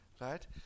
Right